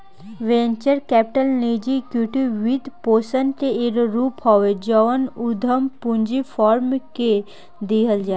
venture capital निजी equity वित्तपोषण के एगो रूप हवे जवन उधम पूंजी फार्म के दिहल जाला